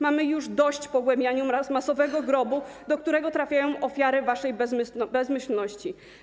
Mamy już dość pogłębiania masowego grobu, do którego trafiają ofiary waszej bezmyślności.